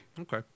Okay